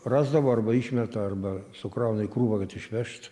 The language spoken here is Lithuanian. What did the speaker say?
rasdavo arba išmeta arba sukrauna į krūvą kad išvežt